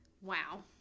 Wow